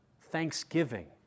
thanksgiving